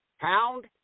pound